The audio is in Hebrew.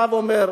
אני בא ואומר,